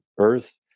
earth